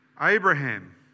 Abraham